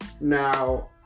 now